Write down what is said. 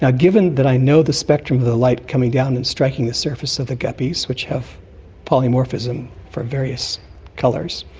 ah given that i know the spectrum of the light coming down and striking the surface of the guppies, which have polymorphism for various colours,